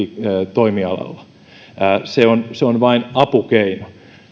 toimialalla se on se on vain apukeino